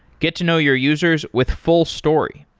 get to know your users with fullstory.